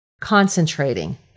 concentrating